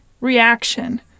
reaction